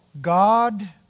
God